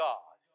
God